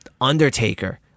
Undertaker